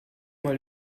mal